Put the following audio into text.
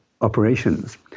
operations